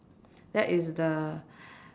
that is the